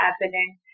happening